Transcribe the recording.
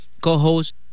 Co-host